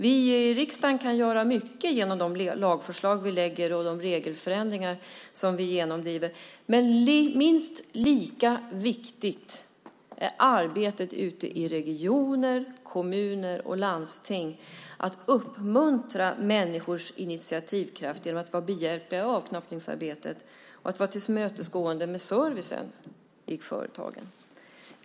Vi i riksdagen kan göra mycket genom de lagförslag som vi lägger fram och genom de regelförändringar som vi genomdriver. Men minst lika viktigt är arbetet ute i regioner, kommuner och landsting när det gäller att uppmuntra människors initiativkraft genom att vara behjälplig beträffande avknoppningsarbetet och genom att vara tillmötesgående med servicen till företagen.